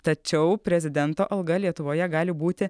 tačiau prezidento alga lietuvoje gali būti